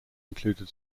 included